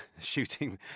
shooting